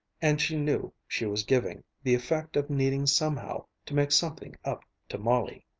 and she knew she was giving, the effect of needing somehow to make something up to molly.